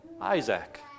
Isaac